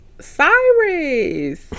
cyrus